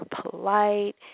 polite